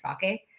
sake